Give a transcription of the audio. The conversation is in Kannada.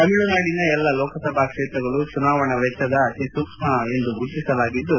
ತಮಿಳುನಾಡಿನ ಎಲ್ಲಾ ಲೋಕಸಭಾ ಕ್ಷೇತ್ರಗಳು ಚುನಾವಣಾ ವೆಚ್ಚದಲ್ಲಿ ಅತಿ ಸೂಕ್ಷ್ಮ ಎಂದು ಗುರುತಿಸಲಾಗಿದ್ದು